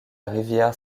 rivière